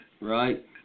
Right